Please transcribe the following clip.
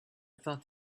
thought